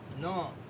No